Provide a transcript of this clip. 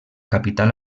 capital